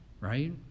right